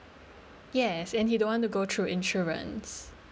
yes and he don't want to go through insurance